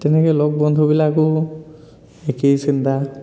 তেনেকেই লগ বন্ধুবিলাকো একেই চিন্তা